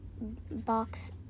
box